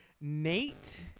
nate